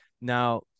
now